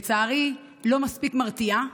לצערי, היא לא מספיק מרתיעה,